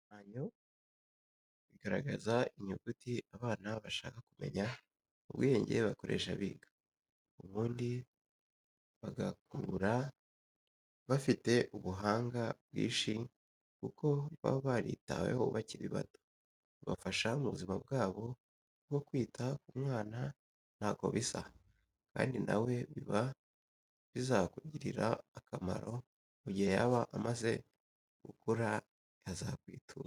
Ibishushanyo bigaragaza inyuguti abana bashaka kumenya ubwenge bakoresha biga, ubundi bagakura bafite ubuhanga bwinshi kuko baba baritaweho bakiri bato, bifasha mu buzima bwabo kuko kwita ku mwana ntako bisa kandi nawe biba bizakugirira akamaro mu gihe yaba amaze gukura yazakwitura.